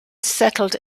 settled